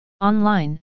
Online